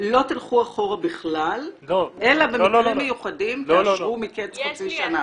לא תלכו אחורה בכלל אלא במקרים מיוחדים תאשרו מקץ חצי שנה.